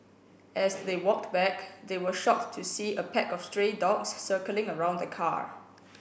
as they walked back they were shocked to see a pack of stray dogs circling around the car